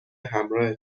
همراه